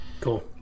Cool